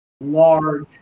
large